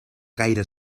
gaire